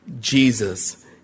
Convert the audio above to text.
Jesus